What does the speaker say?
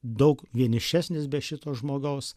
daug vienišesnis be šito žmogaus